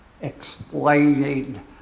explaining